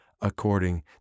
according